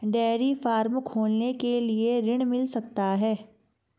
Dairy farm खोलने के लिए ऋण मिल सकता है?